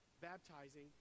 baptizing